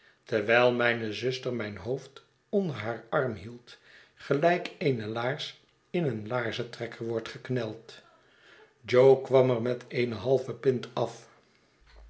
terwijl mijne zuster mijn hoofd onder haar arm hield gelijk eene laars in een laarzentrekker wordt gekneld jo kwam er met eene halve pint af